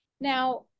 Now